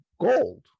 gold